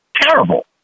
Terrible